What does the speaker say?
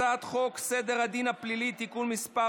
הצעת חוק סדר הדין הפלילי (תיקון מס'